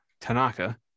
Tanaka